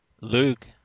Luke